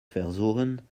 versuchen